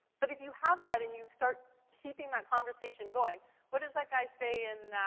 but if you have that and you start keeping that conversation going what does that guy say in,